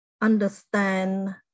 understand